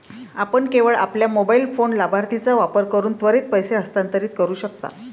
आपण केवळ आपल्या मोबाइल फोन लाभार्थीचा वापर करून त्वरित पैसे हस्तांतरित करू शकता